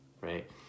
right